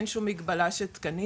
אין שום מגבלה של תקנים.